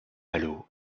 malo